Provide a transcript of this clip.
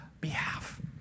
behalf